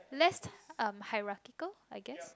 less uh hierarchical I guess